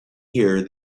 here